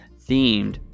themed